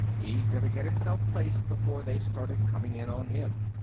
he'd better get himself placed before they started coming in on him.